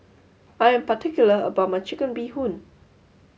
I am particular about my Chicken Bee Hoon